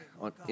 On